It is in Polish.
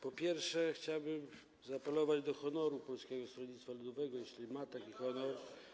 Po pierwsze, chciałbym zaapelować do honoru Polskiego Stronnictwa Ludowego, jeśli ma honor.